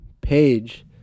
page